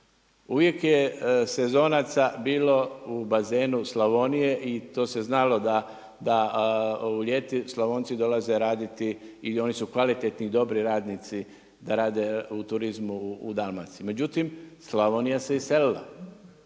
uvijek je sezonaca bilo u bazenu Slavonije i to se znalo da ljeti Slavonci dolaze raditi i oni su kvalitetni i dobri radnici da rade u turizmu u Dalmaciji. Međutim, Slavonija se iselila